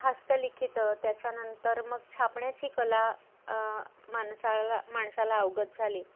हस्तलिखितं त्याच्यानंतर मग छापण्याची कला मानसाळला माणसाला अवगत झाली